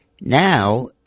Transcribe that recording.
Now